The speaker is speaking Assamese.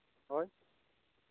হয়